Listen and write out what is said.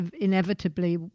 inevitably